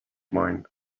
mind